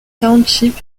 township